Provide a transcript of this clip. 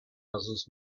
houses